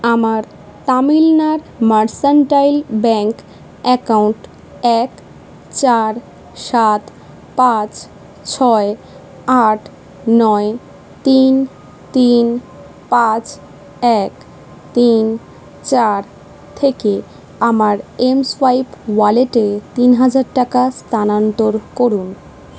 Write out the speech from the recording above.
আমার Tamil Nadu mercantile bank account এক চার সাত পাঁচ ছয় আট নয় তিন তিন পাঁচ এক তিন চার থেকে আমার এমসোয়াইপ ওয়ালেটে তিন হাজার টাকা স্থানান্তর করুন